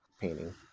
painting